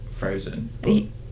Frozen